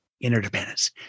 interdependence